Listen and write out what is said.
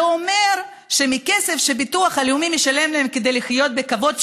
זה אומר שמהכסף שהביטוח הלאומי משלם לו כדי לחיות בכבוד,